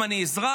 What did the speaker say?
אם אני אזרח,